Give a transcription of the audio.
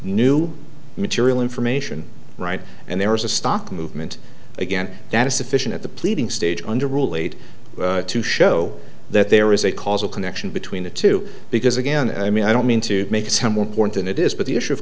new material information right and there is a stock movement again that is sufficient at the pleading stage under rule eight to show that there is a causal connection between the two because again i mean i don't mean to make someone point than it is but the issue of